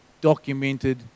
documented